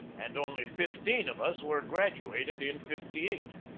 and only fifteen of us were graduated in fifty eight.